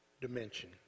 dimension